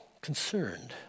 concerned